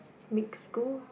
mixed school